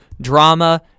drama